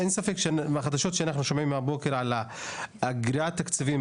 אין ספק שמהחדשות שאנחנו שומעים מהבוקר על גרירת תקציבים,